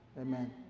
amen